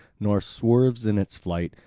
nor swerves in its flight,